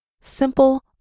simple